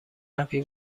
قوی